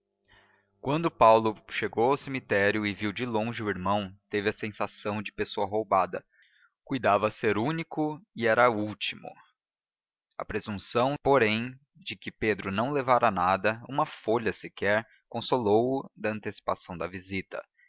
quando paulo chegou ao cemitério e viu de longe o irmão teve a sensação de pessoa roubada cuidava ser único e era último a presunção porém de que pedro não levara nada uma folha sequer consolou o da antecipação da visita